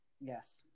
Yes